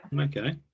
okay